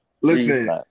Listen